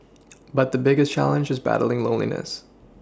but the biggest challenge is battling loneliness